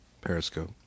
Periscope